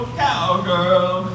cowgirl